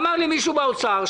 אמר לי מישהו במשרד האוצר,